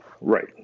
right